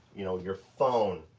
you know your phone,